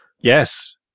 Yes